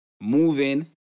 moving